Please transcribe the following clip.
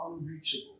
unreachable